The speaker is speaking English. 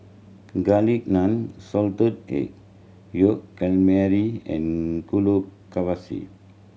Garlic Naan Salted Egg Yolk Calamari and